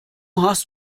hast